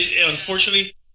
unfortunately